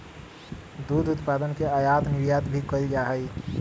दुध उत्पादन के आयात निर्यात भी कइल जा हई